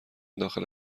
داخل